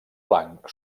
blanc